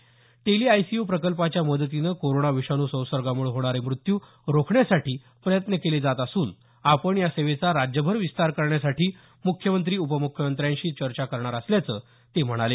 tele-ICU प्रकल्पाच्या मदतीनं corona विषाणू संसर्गामुळे होणारे मृत्यू रोखण्यासाठी प्रयत्न केले जात असून आपण या सेवेचा राज्यभर विस्तार करण्यासाठी म्ख्यमंत्री उपम्ख्यमंत्र्याशी चर्चा करणार असल्याचं ते म्हणाले